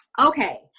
Okay